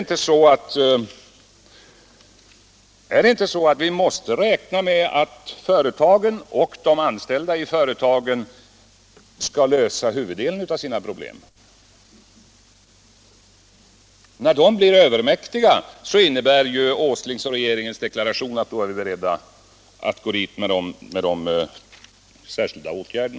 Måste vi inte räkna med att företagen och de anställda i företagen skall lösa huvuddelen av sina problem? När problemen blir dem övermäktiga innebär herr Åslings och regeringens deklaration att då är vi beredda att gå in med särskilda åtgärder.